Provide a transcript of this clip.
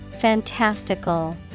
Fantastical